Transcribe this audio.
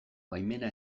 baimena